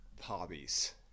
hobbies